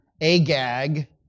Agag